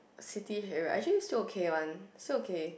city area actually still okay one still okay